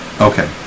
Okay